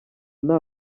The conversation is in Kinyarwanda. nta